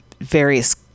various